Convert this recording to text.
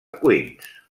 queens